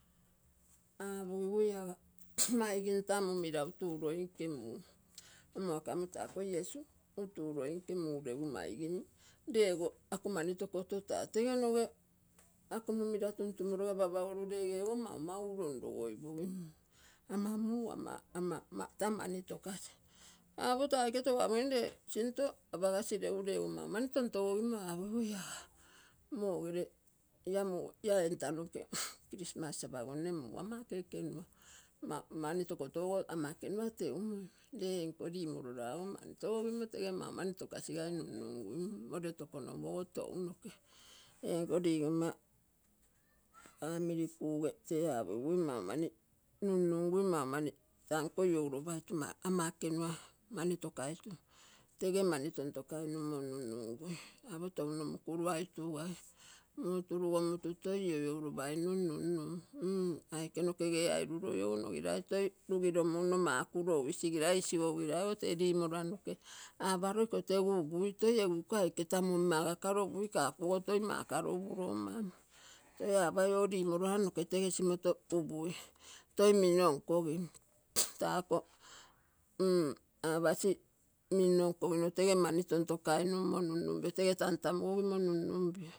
Apogigui aga maigim taa muumira utuloige muu. Omo akamo taa iesu utuloige muu regu maigim ree ogo ako mani tokoto taa tege noge ako muumira anapagologu rege ogo maumaugu lonlogoipogi mm ama muu ama taa mani togasi. Apo taa aike tou apogim ree sinto apogas regu maumani tontogimo apogigu aga. mogere ia etanonge christmas apogonne muu ama ekegenua mani togotogo ama egenua temoi. Ree engo limolora mani togogim tege mau mani togosigai nunugui mm molilo tokonoguogo taunoge. engo limolora mani family kuge tee apogigui mau mani nunnungai mau mani taa ako iouropaitu ama ekenua mani tokasi mukuruaitugai muu turugomutu toi ioioropainum nunnum. Mmm aike nokege airuro ogo nogirai toi rugeruro maklero ui, tee rimorora noke aparo iko tegu upui. Toi egu iko aike tai omi magakaro upui, kaku ogo toi magakaro upuro omam. Toi apai oo rimorora noke tege simoto upai, toi minno nkogim tako mm apasi, minno nkogim. Tako mm apasi, minno nko gino tege mani tontokainummo nunnum pio tege tan tamugogimo nunnunpio